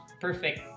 perfect